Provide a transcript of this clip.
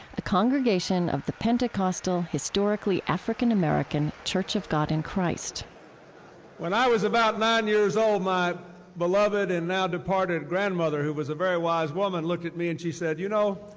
a congregation of the pentecostal, historically african-american church of god in christ when i was about nine years old, my beloved and now departed grandmother, who was a very wise woman, looked at me and she said, you know,